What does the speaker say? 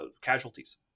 casualties